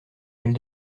elle